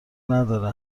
نداره